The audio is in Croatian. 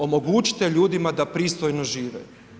Omogućite ljudima da pristojno žive.